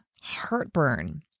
heartburn